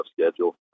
schedule